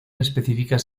específicas